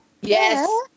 Yes